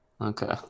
Okay